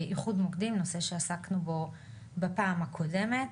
איחוד מוקדים נושא שעסקנו בו בפעם הקודמת,